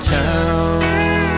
town